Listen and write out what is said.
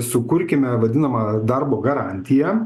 sukurkime vadinamą darbo garantiją